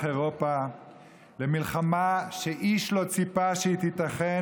אירופה למלחמה שאיש לא ציפה שהיא תיתכן.